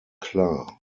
klar